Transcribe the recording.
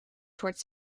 toward